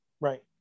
right